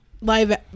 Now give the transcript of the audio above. live